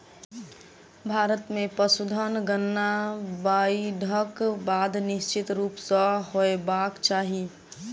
भारत मे पशुधन गणना बाइढ़क बाद निश्चित रूप सॅ होयबाक चाही